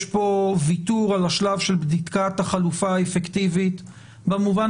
יש פה ויתור על השלב של בדיקת החלופה האפקטיבית במובן